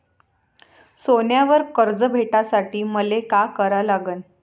सोन्यावर कर्ज भेटासाठी मले का करा लागन?